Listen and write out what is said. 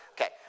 Okay